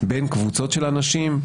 בין קבוצות של אנשים,